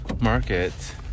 market